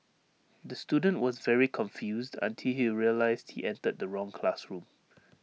the student was very confused until he realised he entered the wrong classroom